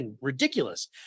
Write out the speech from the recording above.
ridiculous